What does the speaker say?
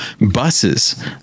buses